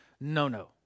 no-no